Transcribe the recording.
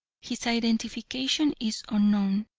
his identification is unknown,